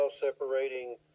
separating